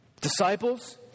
disciples